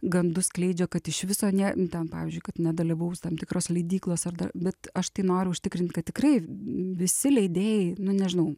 gandus skleidžia kad iš viso ne ten pavyzdžiui kad nedalyvaus tam tikros leidyklos ar dar bet aš tai noriu užtikrint kad tikrai visi leidėjai nu nežinau